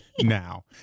now